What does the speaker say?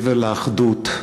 מעבר לאחדות,